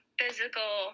physical